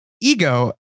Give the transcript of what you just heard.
ego